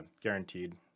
guaranteed